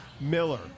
Miller